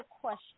question